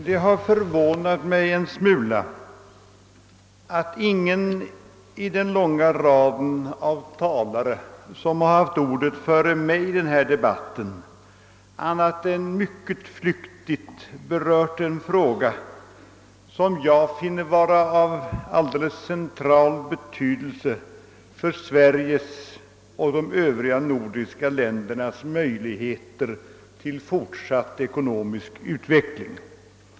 Det har förvånat mig en smula att ingen i den långa raden av talare, som haft ordet före mig i denna debatt, annat än mycket flyktigt berört en fråga som jag finner vara av central betydelse för Sveriges och de övriga nordiska ländernas möjligheter till fortsatt ekonomisk utveckling.